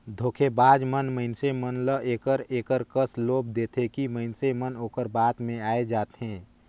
धोखेबाज मन मइनसे मन ल एकर एकर कस लोभ देथे कि मइनसे मन ओकर बात में आए जाथें